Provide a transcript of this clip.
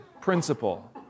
principle